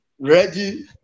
ready